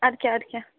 اَدٕ کیٛاہ اَدٕ کیٛاہ